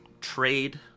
trade